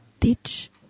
teach